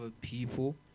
people